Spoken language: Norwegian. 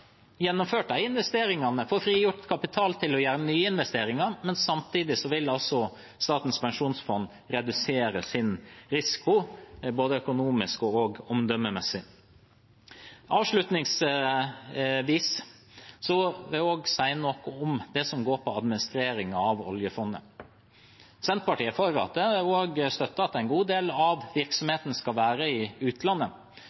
gjennomført de investeringene, få frigjort kapital til å gjøre nye investeringer. Samtidig vil altså Statens pensjonsfond redusere sin risiko både økonomisk og omdømmemessig. Avslutningsvis vil jeg si noe om det som går på administreringen av oljefondet. Senterpartiet støtter at en god del av